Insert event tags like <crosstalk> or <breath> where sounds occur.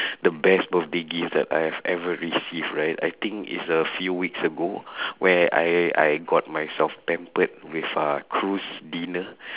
<breath> the best birthday gift that I've ever receive right I think is a few weeks ago <breath> where I I got myself pampered with a cruise dinner <breath>